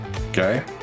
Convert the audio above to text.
Okay